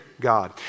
God